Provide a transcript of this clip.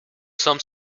some